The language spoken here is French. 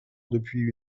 depuis